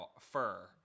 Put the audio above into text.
fur